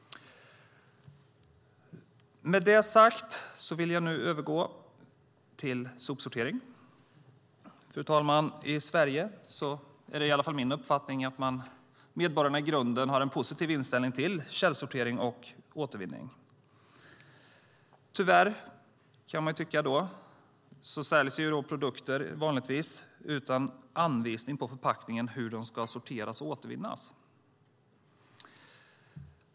Med detta sagt ska jag nu övergå till att tala om sopsortering. Det är i alla fall min uppfattning att medborgarna i Sverige i grunden har en positiv inställning till källsortering och återvinning. Tyvärr säljs produkter vanligtvis utan anvisning på förpackningen hur de ska sorteras och återvinnas.